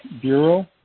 Bureau